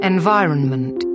Environment